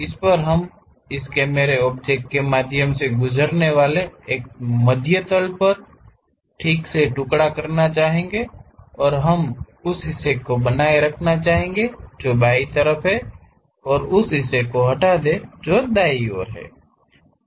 उस पर हम इस कैमरा ऑब्जेक्ट के माध्यम से गुजरने वाले एक मध्य तल पर इसे ठीक से टुकड़ा करना चाहेंगे और हम उस हिस्से को बनाए रखना चाहेंगे जो बाईं तरफ है और उस हिस्से को हटा दें जो दाईं ओर है